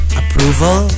approval